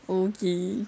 okay